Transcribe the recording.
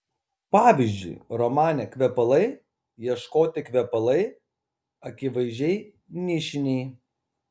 pavyzdžiui romane kvepalai ieškoti kvepalai akivaizdžiai nišiniai